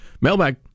Mailbag